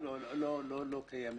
כאילו לא קיימים.